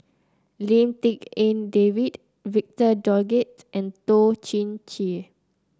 Lim Tik En David Victor Doggett and Toh Chin Chye